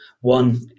one